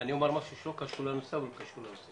אני אומר משהו שלא קשור לנושא אבל קשור לנושא.